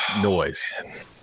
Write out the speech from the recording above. noise